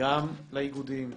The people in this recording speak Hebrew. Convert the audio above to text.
גם לאיגודים,